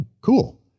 cool